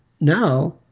now